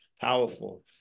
Powerful